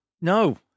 no